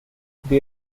they